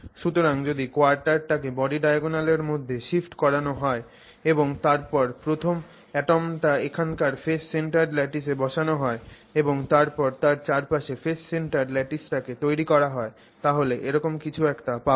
সুতরাং যদি কোয়ার্টার টাকে body diagonal এর মধ্যে শিফট করানো হয় এবং তারপর প্রথম অ্যাটমটাকে এখানকার ফেস সেন্টারড ল্যাটিসে বসানো হয় এবং তারপর তার চারপাশে ফেস সেন্টারড ল্যাটিসটাকে তৈরি করা হয় তাহলে এরকম কিছু একটা পাবো